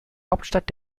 hauptstadt